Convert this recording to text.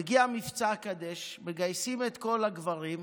מגיע מבצע קדש, מגייסים את כל הגברים,